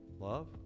Love